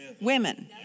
women